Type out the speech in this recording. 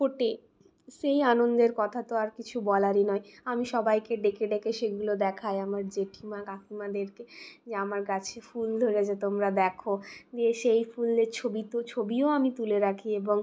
ফোটে সেই আনন্দের কথা তো আর কিছু বলারই নয় আমি সবাইকে ডেকে ডেকে সেগুলো দেখাই আমার জেঠিমা কাকিমাদেরকে যে আমার গাছে ফুল ধরেছে তোমরা দেখো দিয়ে সেই ফুলের ছবি তো ছবিও আমি তুলে রাখি এবং